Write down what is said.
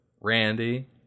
Randy